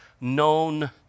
known